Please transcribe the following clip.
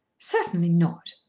certainly not.